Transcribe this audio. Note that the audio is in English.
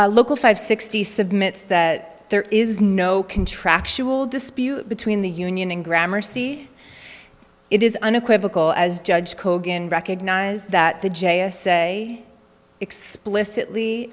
sixty local five sixty submits that there is no contractual dispute between the union and grammar c it is unequivocal as judge kogan recognize that the j a say explicitly